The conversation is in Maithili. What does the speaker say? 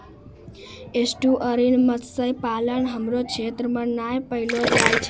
एस्टुअरिन मत्स्य पालन हमरो क्षेत्र मे नै पैलो जाय छै